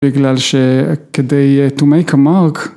בגלל שכדי to make a mark.